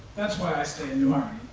that's why i stay in new um